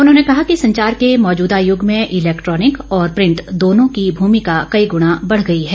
उन्होंने कहा कि संचार के मौजूदा यूग में इलैक्ट्रॉनिक और प्रिंट दोनों की भूमिका कई गुणा बढ़ गई है